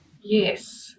Yes